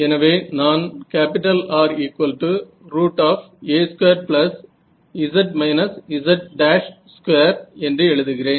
எனவே நான் Ra2z z2 என்று எழுதுகிறேன்